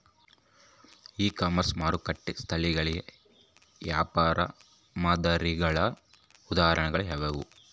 E commerce ಮಾರುಕಟ್ಟೆ ಸ್ಥಳಗಳಿಗೆ ವ್ಯಾಪಾರ ಮಾದರಿಗಳ ಉದಾಹರಣೆಗಳು ಯಾವುವು?